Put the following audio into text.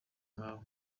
nkawe